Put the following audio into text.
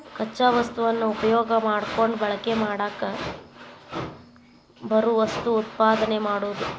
ಕಚ್ಚಾ ವಸ್ತುನ ಉಪಯೋಗಾ ಮಾಡಕೊಂಡ ಬಳಕೆ ಮಾಡಾಕ ಬರು ವಸ್ತುನ ಉತ್ಪಾದನೆ ಮಾಡುದು